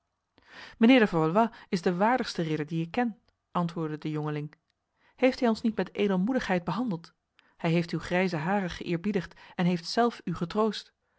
de valois is de waardigste ridder die ik ken antwoordde de jongeling heeft hij ons niet met edelmoedigheid behandeld hij heeft uw grijze haren geëerbiedigd en heeft zelf u getroost